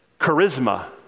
charisma